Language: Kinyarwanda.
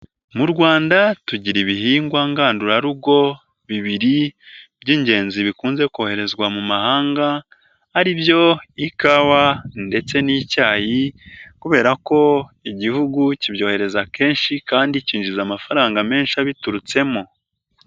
Mu rwanda tugira ibihingwa ngandurarugo bibiri by'ingenzi bikunze koherezwa mu mahanga, ari byo ikawa ndetse n'icyayi kubera ko igihugu kibyohereza kenshi kandi cyinjiza amafaranga menshi abiturutsemo.